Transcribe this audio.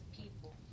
people